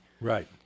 Right